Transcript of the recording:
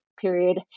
period